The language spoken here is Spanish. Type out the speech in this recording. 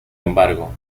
embargo